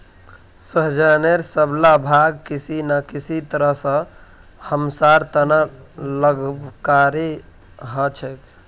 सहजनेर सब ला भाग किसी न किसी तरह स हमसार त न लाभकारी ह छेक